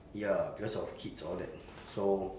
ya because of kids all that so